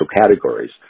categories